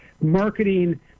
marketing